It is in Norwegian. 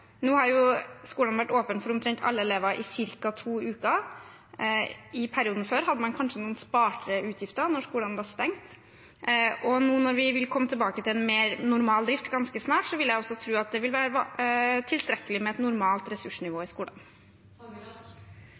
nå har jo skolene vært åpne for omtrent alle elever i ca. to uker. I perioden før hadde man kanskje noen sparte utgifter når skolene var stengt. Når vi nå vil komme tilbake til en mer normal drift ganske snart, vil jeg også tro at det vil være tilstrekkelig med et normalt ressursnivå i skolene.